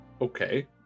Okay